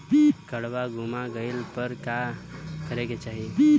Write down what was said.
काडवा गुमा गइला पर का करेके चाहीं?